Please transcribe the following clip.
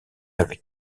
avec